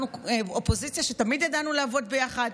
אנחנו אופוזיציה שתמיד ידעה לעבוד ביחד,